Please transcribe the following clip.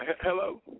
hello